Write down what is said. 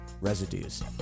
residues